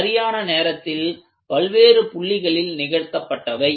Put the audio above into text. இவை சரியான நேரத்தில் பல்வேறு புள்ளிகளில் நிகழ்த்தப்பட்டவை